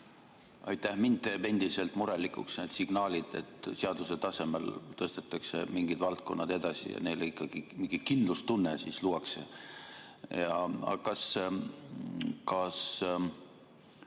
Aitäh! Mind teevad endiselt murelikuks need signaalid, et seaduse tasemel tõstetakse mingid valdkonnad edasi ja neile ikkagi mingi kindlustunne luuakse. Kuna